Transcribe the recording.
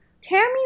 Tammy